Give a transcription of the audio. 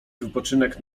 wypoczynek